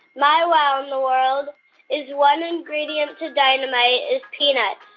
my wow the world is one ingredient to dynamite is peanuts.